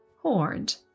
horned